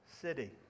city